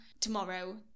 tomorrow